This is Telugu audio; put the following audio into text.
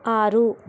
ఆరు